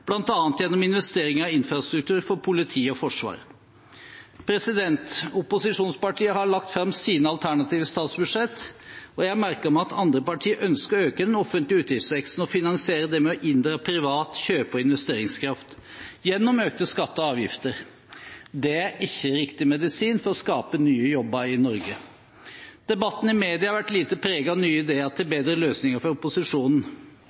bl.a. gjennom investeringer i infrastruktur for politiet og Forsvaret. Opposisjonspartiene har lagt fram sine alternative statsbudsjetter. Jeg har merket meg at andre partier ønsker å øke den offentlige utgiftsveksten og finansiere det med å inndra privat kjøpe- og investeringskraft gjennom økte skatter og avgifter. Det er ikke riktig medisin for å skape nye jobber i Norge. Debattene i media har vært lite preget av nye ideer til bedre løsninger fra opposisjonen. Tvert om har mange opposisjonspartier ført en kamp for